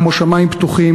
כמו שמים פתוחים,